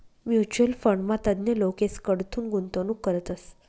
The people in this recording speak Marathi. म्युच्युअल फंडमा तज्ञ लोकेसकडथून गुंतवणूक करतस